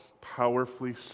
powerfully